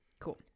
Cool